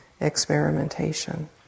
experimentation